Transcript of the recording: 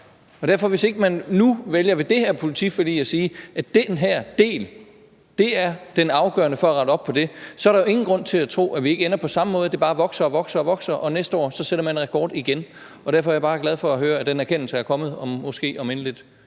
man derfor ikke nu ved det her politiforlig vælger at sige, at den her del er den afgørende for at rette op på det, så er der jo ingen grund til at tro, at vi ikke ender på samme måde, altså at det bare vokser og vokser, og at man næste år sætter rekord igen. Og derfor er jeg bare glad for at høre, at den erkendelse er kommet, om end måske